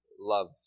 love